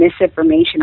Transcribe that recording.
misinformation